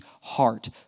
heart